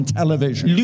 television